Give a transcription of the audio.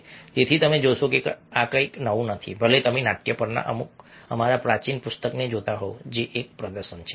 તેથી તમે જોશો કે આ કંઈક નવું નથી ભલે તમે નાટ્ય પરના અમારા પ્રાચીન પુસ્તકને જોતા હોવ જે એક પ્રદર્શન છે